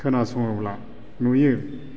खोनासङोब्ला नुयो